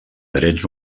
drets